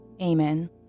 Amen